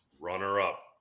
runner-up